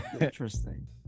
interesting